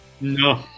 No